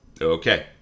Okay